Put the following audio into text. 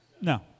No